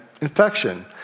infection